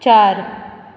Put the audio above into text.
चार